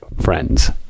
friends